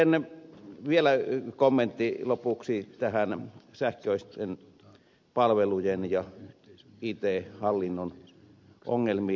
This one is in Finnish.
sitten vielä kommentti lopuksi näihin sähköisten palvelujen ja it hallinnon ongelmiin